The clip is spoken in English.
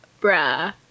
bruh